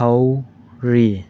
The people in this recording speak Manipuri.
ꯇꯧꯔꯤ